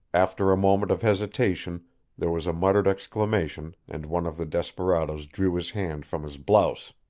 after a moment of hesitation there was a muttered exclamation and one of the desperadoes drew his hand from his blouse.